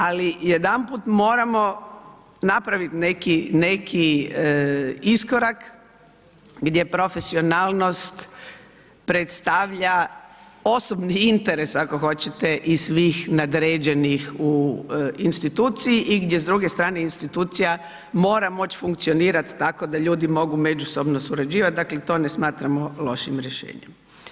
Ali jedanput moramo napraviti neki iskorak gdje profesionalnost predstavlja osobni interes ako hoćete i svih nadređenih u instituciji i gdje s druge strane institucija mora moći funkcionirati, tako da ljudi mogu međusobno surađivati, dakle, to ne smatramo lošim rješenjem.